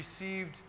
received